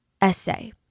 essay